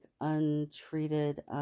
untreated